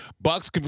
Bucks